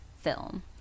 film